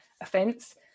offence